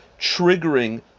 triggering